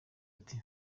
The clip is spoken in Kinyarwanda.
ati